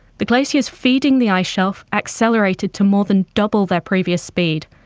the glaciers feeding the ice shelf accelerated to more than double their previous speed,